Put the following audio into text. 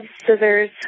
scissors